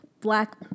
black